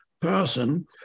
person